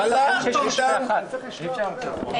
הישיבה ננעלה בשעה 10:10.